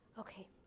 Okay